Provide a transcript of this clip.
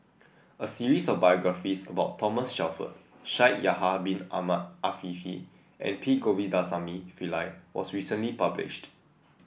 a series of biographies about Thomas Shelford Shaikh Yahya Bin Ahmed Afifi and P Govindasamy Pillai was recently published